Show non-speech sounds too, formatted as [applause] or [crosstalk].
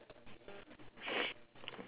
[noise]